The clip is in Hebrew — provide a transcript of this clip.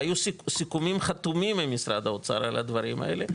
והיו סיכומים חתומים עם משרד האוצר על הדברים האלה,